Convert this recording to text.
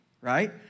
right